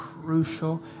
Crucial